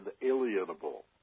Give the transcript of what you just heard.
inalienable